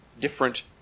different